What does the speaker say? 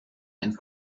and